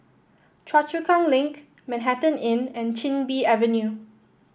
Choa Chu Kang Link Manhattan Inn and Chin Bee Avenue